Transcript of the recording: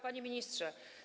Panie Ministrze!